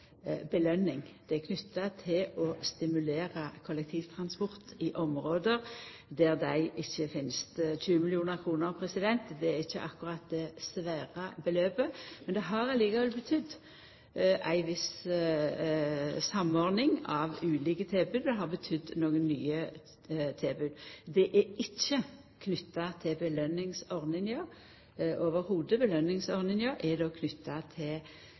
belønning. Dei er knytte til å stimulera kollektivtransport i område der det ikkje finst. 20 mill. kr er ikkje akkurat det svære beløpet. Men det har likevel betydd ei viss samordning av ulike tilbod, og det har betydd nokre nye tilbod. Dei er ikkje knytte til belønningsordninga i det heile. Belønningsordninga er knytt til dei større byområda. Replikkordskiftet er